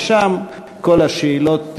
ושם כל השאלות שנשאלו,